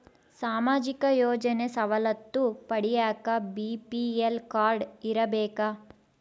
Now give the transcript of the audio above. ಸಾಮಾಜಿಕ ಯೋಜನೆ ಸವಲತ್ತು ಪಡಿಯಾಕ ಬಿ.ಪಿ.ಎಲ್ ಕಾಡ್೯ ಇರಬೇಕಾ?